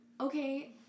okay